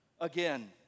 again